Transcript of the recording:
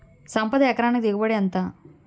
సంపద ఎకరానికి దిగుబడి ఎంత?